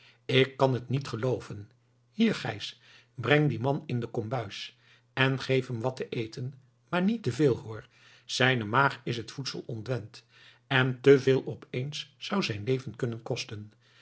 ik kàn het niet gelooven hier gijs breng dien man in de kombuis en geef hem wat te eten maar niet te veel hoor zijne maag is het voedsel ontwend en te veel opeens zou zijn leven kunnen kosten